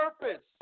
purpose